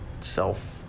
self